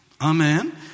Amen